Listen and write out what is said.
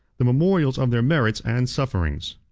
the memorials of their merits and sufferings.